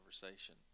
conversation